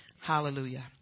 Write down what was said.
Hallelujah